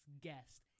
guest